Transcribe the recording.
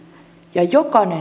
ja jokainen